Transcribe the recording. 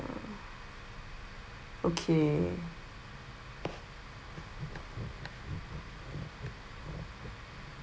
okay